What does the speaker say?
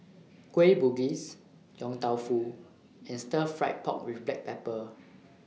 Kueh Bugis Yong Tau Foo and Stir Fried Pork with Black Pepper